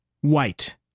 white